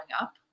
up